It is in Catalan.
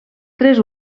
tres